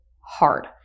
hard